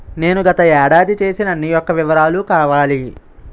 నేను గత ఏడాది చేసిన అన్ని యెక్క వివరాలు కావాలి?